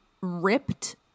ripped